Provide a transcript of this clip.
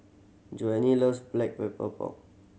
Joanie loves Black Pepper Pork